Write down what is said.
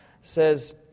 says